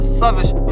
savage